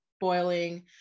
boiling